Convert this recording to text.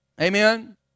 Amen